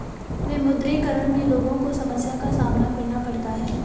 विमुद्रीकरण में लोगो को समस्या का सामना करना पड़ता है